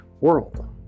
world